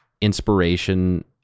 inspiration